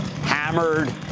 hammered